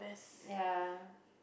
ya